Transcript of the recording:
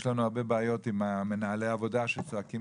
יש הרבה בעיות עם מנהלי העבודה שצועקים,